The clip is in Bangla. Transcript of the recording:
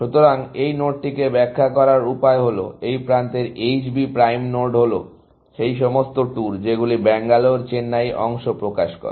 সুতরাং এই নোডটিকে ব্যাখ্যা করার উপায় হল এই প্রান্তের H B প্রাইম নোড হল সেই সমস্ত ট্যুর যেগুলি ব্যাঙ্গালোর চেন্নাই অংশ প্রকাশ করে